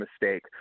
mistake